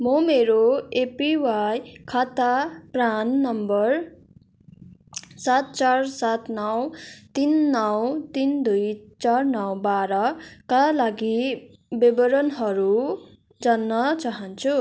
म मेरो एपिवाई खाता प्रान नम्बर सात चार सात नौ तिन नौ तिन दुई चार नौ बाह्रका लागि विवरणहरू जान्न चाहन्छु